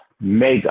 mega